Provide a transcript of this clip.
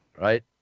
Right